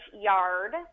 yard